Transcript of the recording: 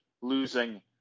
losing